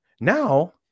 Now